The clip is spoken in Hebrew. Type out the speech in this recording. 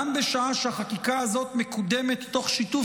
גם בשעה שהחקיקה הזאת מקודמת תוך שיתוף